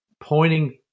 pointing